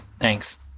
thanks